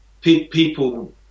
People